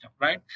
right